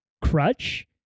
crutch